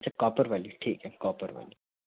अच्छा कॉपर वाली ठीक है कॉपर वाली